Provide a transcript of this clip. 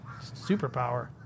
superpower